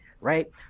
right